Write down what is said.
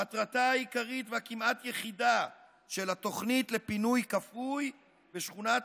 מטרתה העיקרית והכמעט-יחידה של התוכנית לפינוי כפוי בשכונת